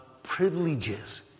privileges